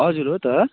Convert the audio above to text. हजुर हो त